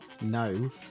No